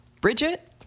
Bridget